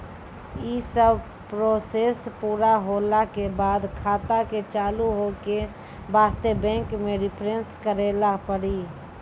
यी सब प्रोसेस पुरा होला के बाद खाता के चालू हो के वास्ते बैंक मे रिफ्रेश करैला पड़ी?